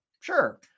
sure